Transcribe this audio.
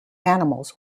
animals